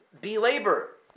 belabor